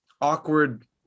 awkward